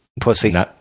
Pussy